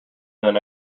thin